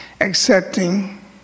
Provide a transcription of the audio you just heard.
accepting